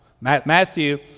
Matthew